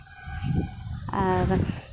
ᱟᱨ